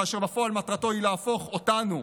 כאשר בפועל מטרתו היא להפוך אותנו,